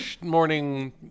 morning